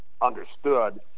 understood